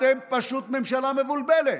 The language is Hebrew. אתם פשוט ממשלה מבולבלת.